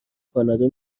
کانادا